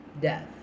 Death